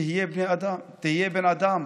תהיה בן אדם.